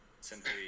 Simply